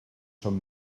sant